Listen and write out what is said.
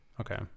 Okay